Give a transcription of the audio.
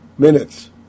Minutes